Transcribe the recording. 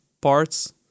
parts